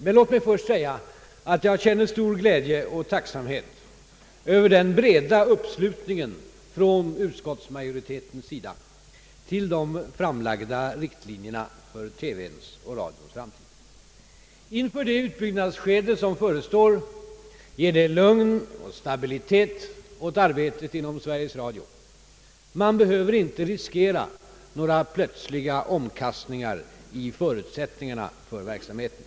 Men låt mig först säga att jag känner stor glädje och tacksamhet över den breda uppslutningen från utskottsmajoritetens sida till de framlagda riktlinjerna för televisionens och radions framtid. Inför det utbyggnadsskede som förestår ger det lugn och stabilitet åt arbetet inom Sveriges Radio. Man behöver inte riskera några plötsliga omkastningar i förutsättningarna för verksamheten.